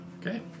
Okay